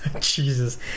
Jesus